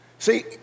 See